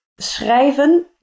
schrijven